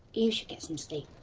you should get some sleep.